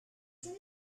some